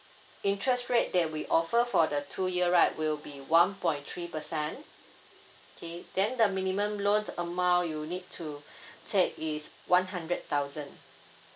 interest rate that we offer for the two year right will be one point three percent okay then the minimum loan's amount you need to take is one hundred thousand